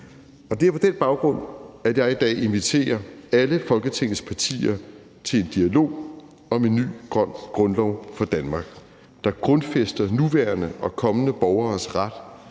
Det er på den baggrund, at jeg i dag inviterer alle Folketingets partier til en dialog om en ny grøn grundlov for Danmark, der grundfæster nuværende og kommende borgeres ret